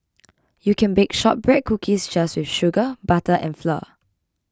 you can bake Shortbread Cookies just with sugar butter and flour